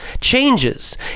changes